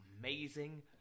Amazing